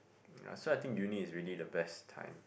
uh so I think uni is really the best time